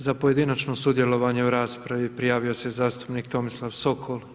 Za pojedinačno sudjelovanje u raspravi prijavio se zastupnik Tomislav Sokol.